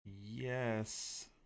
Yes